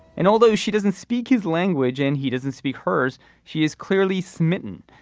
and although she doesn't speak his language and he doesn't speak hers she is clearly smitten.